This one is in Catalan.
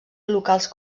locals